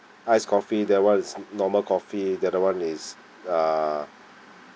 ice coffee that [one] is normal coffee the other [one] is uh